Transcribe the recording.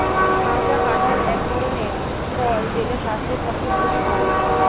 কাঁচা কাঁঠাল এক ধরনের ফল যেটা স্বাস্থ্যের পক্ষে খুবই ভালো